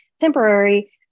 temporary